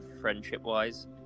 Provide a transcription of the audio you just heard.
friendship-wise